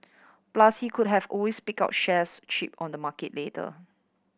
plus he could have always pick up shares cheap on the market later